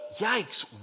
yikes